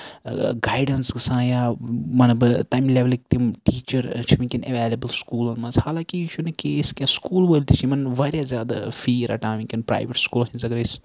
guidance گژھان یا مطلب تَمہِ لیولٕکۍ تِم ٹیٖچر چھِ وٕنکیٚن ایویلیبٕل سکوٗلن منٛز حالانکہِ یہِ چھُنہٕ کیس کینہہ سکوٗل وٲلۍ تہِ چھِ یِمن واریاہ زیادٕ فی رَٹان وٕنکیٚن پریویت سکوٗلن ہنز اَگر أسۍ